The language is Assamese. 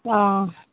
অঁ